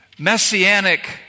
Messianic